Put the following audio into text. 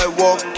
walk